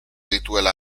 dituela